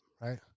right